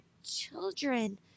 children